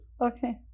Okay